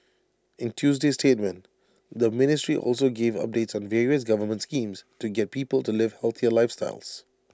in Tuesday's statement the ministry also gave updates on various government schemes to get people to live healthier lifestyles